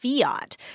fiat